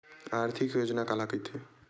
आर्थिक योजना काला कइथे?